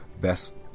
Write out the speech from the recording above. Best